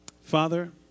Father